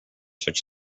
such